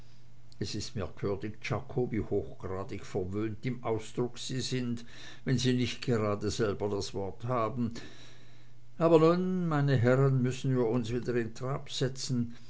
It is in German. es ist merkwürdig czako wie hochgradig verwöhnt im ausdruck sie sind wenn sie nicht gerade selber das wort haben aber nun meine herren müssen wir uns wieder in trab setzen